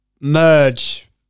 merge